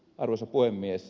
arvoisa puhemies